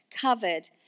covered